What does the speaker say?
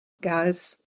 guys